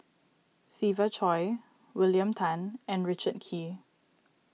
Siva Choy William Tan and Richard Kee